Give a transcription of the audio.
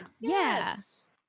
Yes